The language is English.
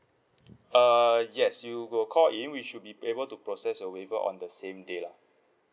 err yes you will call in we should be able to process a waiver on the same day lah